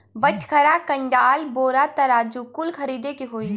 बटखरा, कंडाल, बोरा, तराजू कुल खरीदे के होई